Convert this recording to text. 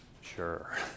Sure